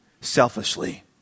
selfishly